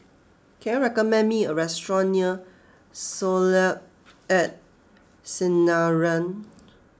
can you recommend me a restaurant near Soleil at Sinaran